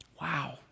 Wow